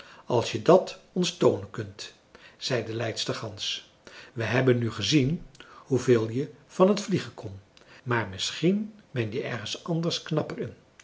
als je dat ons toonen kunt zei de leidster gans we hebben nu gezien hoeveel je van t vliegen kon maar misschien ben je ergens anders knapper in